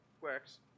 works